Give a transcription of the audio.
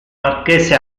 marchese